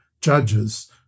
judges